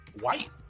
white